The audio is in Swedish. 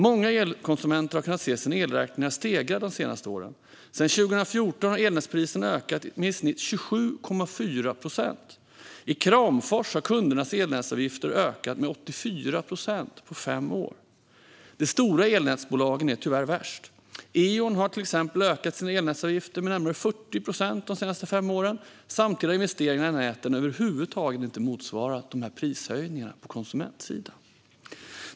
Många elkonsumenter har tvingats se sina elräkningar stegra de senaste åren. Sedan 2014 har elnätspriserna ökat med i snitt 27,4 procent. I Kramfors har kundernas elnätsavgifter ökat med 84 procent på fem år. De stora elnätsbolagen är tyvärr värst. Eon har till exempel ökat sina elnätsavgifter med närmare 40 procent de senaste fem åren. Samtidigt har investeringarna i näten över huvud taget inte motsvarat prishöjningarna på konsumentsidan.